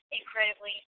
incredibly